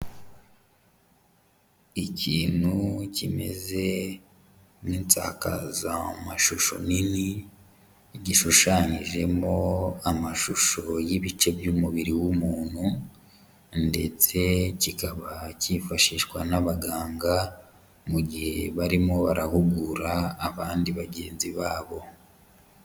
Ikintu kimeze nk'insakazamashusho nini, gishushanyijemo amashusho y'ibice by'umubiri w'umuntu ndetse kikaba cyifashishwa n'abaganga mu gihe barimo barahugura abandi bagenzi babo.